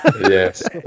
Yes